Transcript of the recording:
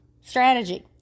strategy